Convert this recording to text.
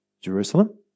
Jerusalem